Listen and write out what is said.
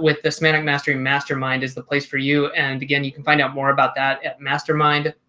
with the semantic mastery mastermind is the place for you. and again, you can find out more about that at mastermind,